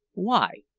why?